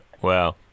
wow